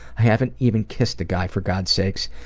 i haven't even kissed a guy for god's sakes,